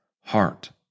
heart